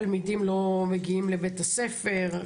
תלמידים לא מגיעים לבית-הספר.